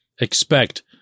expect